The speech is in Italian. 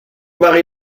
vari